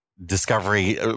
discovery